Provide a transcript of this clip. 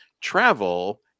travel